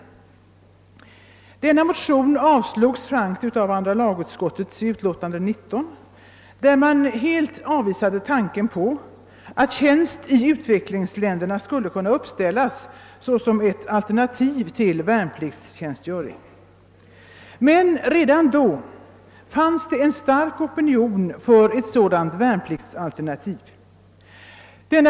Denna motion avstyrktes frankt av andra lagutskottet i dess utlåtande nr 19, där man helt avvisade tanken på att tjänst i utvecklingsländerna skulle kunna uppställas såsom ett alternativ till värnpliktstjänstgöring. Redan då fanns det dock en stark opinion för ett sådant värnpliktsalternativ.